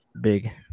big